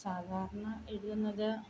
സാധാരണ എഴുതുന്നത്